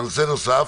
נושא נוסף?